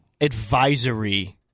advisory